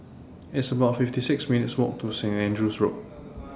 It's about fifty six minutes' Walk to Saint Andrew's Road